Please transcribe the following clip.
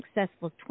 successful